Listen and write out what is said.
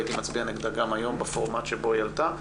הייתי מצביע נגדה גם היום בפורמט שבו היא עלתה.